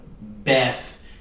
Beth